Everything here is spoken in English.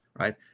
Right